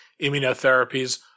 immunotherapies